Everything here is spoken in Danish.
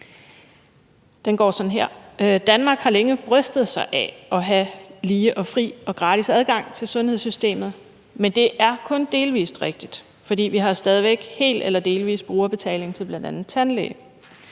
Den lyder sådan her: Danmark har længe brystet sig af at have lige og fri og gratis adgang til sundhedssystemet, men det er kun delvist rigtigt, for vi har stadig væk hel eller delvis brugerbetaling til bl.a. tandlæge.